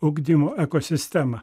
ugdymo ekosistemą